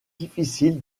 difficile